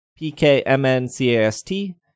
pkmncast